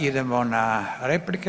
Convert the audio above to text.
Idemo na replike.